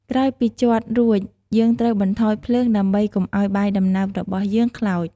ក្រោយពីជាត់រួច យើងត្រូវបន្ថយភ្លើង ដើម្បីកុំឱ្យបាយដំណើបរបស់យើងខ្លោច។